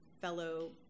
fellow